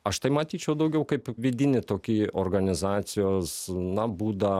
aš tai matyčiau daugiau kaip vidinį tokį organizacijos na būdą